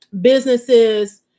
businesses